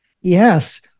Yes